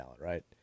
right